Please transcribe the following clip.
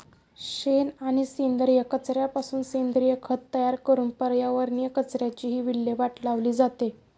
शेण आणि सेंद्रिय कचऱ्यापासून सेंद्रिय खत तयार करून पर्यावरणीय कचऱ्याचीही विल्हेवाट लावली जाते